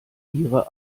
ihre